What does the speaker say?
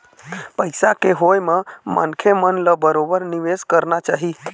पइसा के होय म मनखे मन ल बरोबर निवेश करना चाही